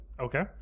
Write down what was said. Okay